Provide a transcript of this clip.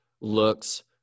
looks